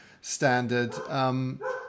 standard